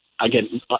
again